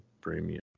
premium